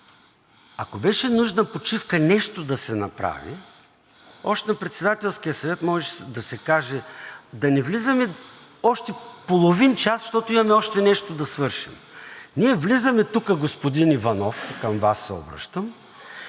Ако беше нужна почивка нещо да се направи, още на Председателския съвет можеше да се каже: да не влизаме още половин час, защото имаме още нещо да свършим. Ние влизаме тук, господин Иванов, към Вас се обръщам,